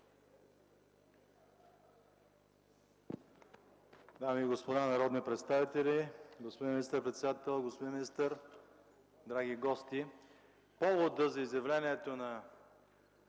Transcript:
Дами и господа народни представители, господин министър-председател, господин министър, драги гости! Поводът за моето изявление от